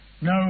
No